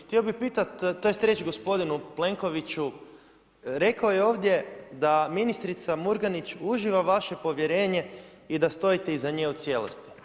Htio bi pitati tj. reći gospodinu Plenkoviću, rekao je ovdje da ministrica Murganić uživa vaše povjerenje i da stojite iza nje u cijelosti.